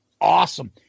awesome